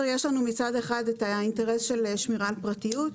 יש לנו מצד אחד את האינטרס של שמירה על פרטיות,